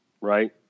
right